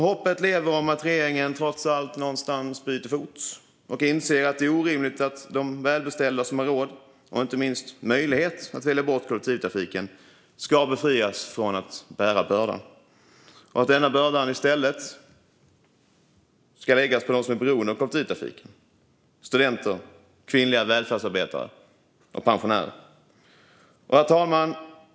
Hoppet lever om att regeringen trots allt någonstans byter fot och inser att det är orimligt att de välbeställda, som har råd och inte minst möjlighet att välja bort kollektivtrafiken, ska befrias från att bära bördan och att denna börda i stället ska läggas på dem som är beroende av kollektivtrafiken, till exempel studenter, kvinnliga välfärdsarbetare och pensionärer. Fru talman!